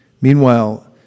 Meanwhile